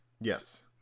Yes